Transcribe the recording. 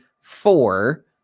four